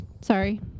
Sorry